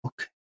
Okay